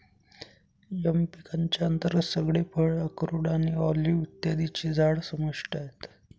M पिकांच्या अंतर्गत सगळे फळ, अक्रोड आणि ऑलिव्ह इत्यादींची झाडं समाविष्ट आहेत